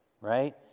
right